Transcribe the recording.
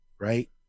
right